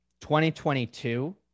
2022